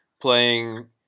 playing